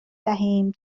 دهیم